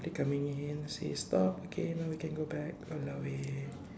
are they coming in say stop okay now we can go back !walao! eh